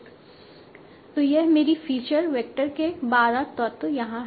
तो यह मेरी फीचर वेक्टर के बारह तत्व यहाँ है